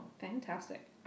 Fantastic